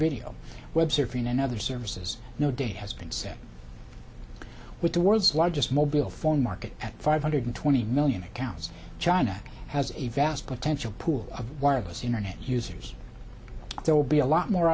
video web surfing and other services no date has been set with the world's largest mobile phone market at five hundred twenty million accounts china has a vast potential pool of wireless internet users there will be a lot more